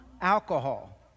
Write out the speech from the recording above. alcohol